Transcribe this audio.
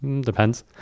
depends